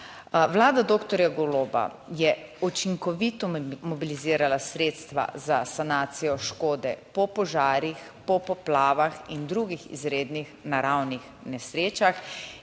Vlada doktorja Goloba je učinkovito mobilizirala sredstva za sanacijo škode po požarih, po poplavah in drugih izrednih naravnih nesrečah